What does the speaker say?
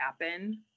happen